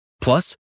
Plus